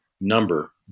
number